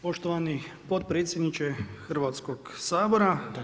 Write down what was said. Poštovani potpredsjedniče Hrvatskog sabora.